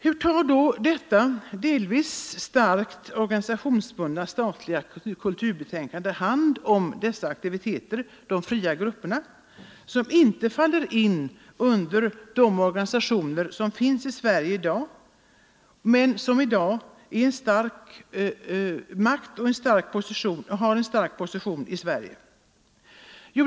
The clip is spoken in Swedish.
Hur tar då detta delvis starkt organisationsbundna statliga kulturbetänkande hand om dessa aktiviteter, som inte faller in under existerande organisationer men som i dag har en stark position i Sverige?